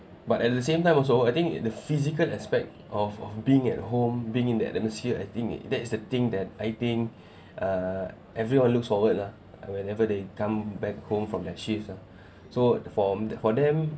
but at the same time also I think the physical aspect of of being at home being in that atmosphere I think that's the thing that I think uh everyone looks forward lah whenever they come back home from their shifts ah so for for them